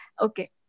okay